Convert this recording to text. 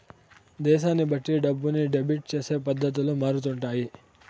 దేశాన్ని బట్టి డబ్బుని డెబిట్ చేసే పద్ధతులు మారుతుంటాయి